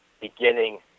Beginning